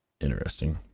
Interesting